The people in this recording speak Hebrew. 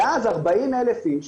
ואז 40,000 איש